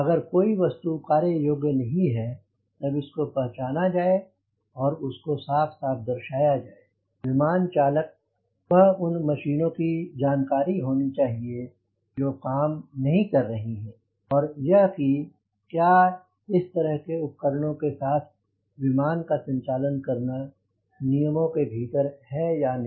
अगर कोई वस्तु कार्य योग्य नहीं है तब इसको पहचाना जाए और उसको साफ साफ दर्शाया जाए विमान चालक वह उन मशीनों की जानकारी होनी चाहिए जो काम नहीं कर रही है और यह की क्या इस तरह के उपकरणों के साथ विमान का संचालन करना नियमों के भीतर है या नहीं